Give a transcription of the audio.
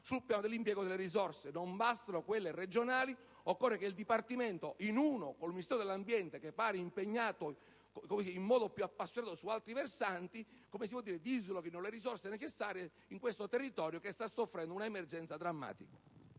sul piano dell'impiego delle risorse: non bastano quelle regionali, ma occorre che il Dipartimento, in uno con il Ministero dell'ambiente, che appare impegnato in modo più appassionato su altri versanti, dislochi le risorse necessarie su questo territorio, che sta soffrendo un'emergenza drammatica.